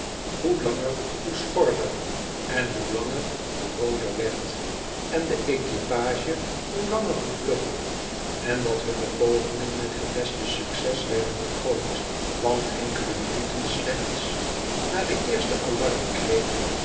hoe langer hoe schorder en hoe langer hoe rooder werd en de equipage hoe langer hoe vlugger en dat hunne pogingen met het beste succes werden bekroond want enkele minuten slechts na de